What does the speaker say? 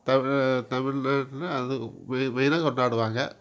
தமிழ் தமிழ்நாட்டில் அது மெயினாக கொண்டாடுவாங்க